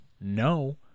no